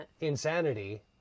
insanity